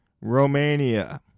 Romania